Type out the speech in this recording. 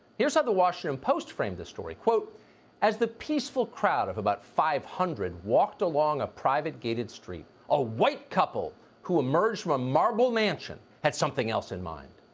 here's how the washington post framed the story. as the peaceful crowd of five hundred walked along a private gated street, a white couple who emerged from a marvel mansion had something else in mind.